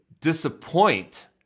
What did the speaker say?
disappoint